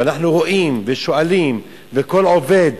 ואנחנו רואים ושואלים, וכל עובד,